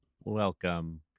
Welcome